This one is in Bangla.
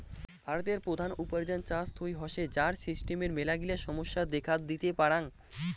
ভারতের প্রধান উপার্জন চাষ থুই হসে, যার সিস্টেমের মেলাগিলা সমস্যা দেখাত দিতে পারাং